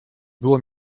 było